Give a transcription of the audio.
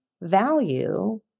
value